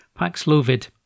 Paxlovid